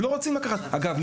אגב,